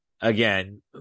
again